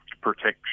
protection